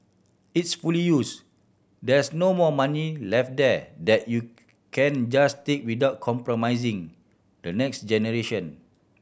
it's fully used there's no more money left there that you can just take without compromising the next generation